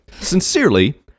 Sincerely